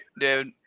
dude